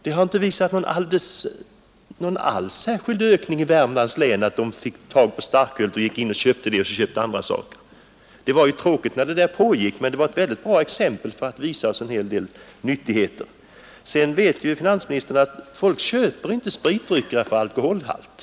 Vi har inte noterat någon ökning i Värmlands län, som har berott på att människor gick in i Systembolagets butiker och köpte starköl och samtidigt köpte andra spritdrycker. Det var sålunda oroande så länge försöket pågick, men det var ett mycket bra exempel som gav oss många nyttiga erfarenheter. Finansministern vet för övrigt att människor inte köper spritdrycker efter alkoholhalten.